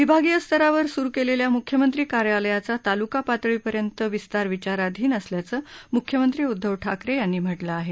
विभागीय स्तरावर सुरु केलेल्या मुख्यमंत्री कार्यालयाचा तालुका पातळीपर्यंत विस्तार विचाराधीन असल्याचं मुख्यमंत्री उद्धव ठाकरे यांनी म्हटलं आहे